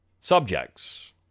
Subjects